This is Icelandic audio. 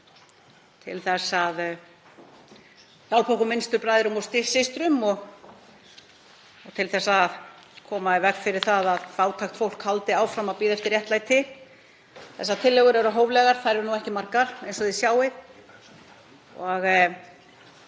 til að hjálpa okkar minnstu bræðrum og systrum og koma í veg fyrir að fátækt fólk haldi áfram að bíða eftir réttlæti. Þessar tillögur eru hóflegar. Þær eru ekki margar eins og þið sjáið.